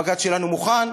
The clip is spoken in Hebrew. הבג"ץ שלנו מוכן,